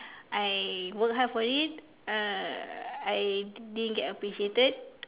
I work hard for it uh I didn't get appreciated